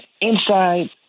Inside